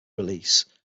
release